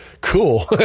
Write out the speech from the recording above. cool